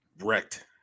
wrecked